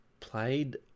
played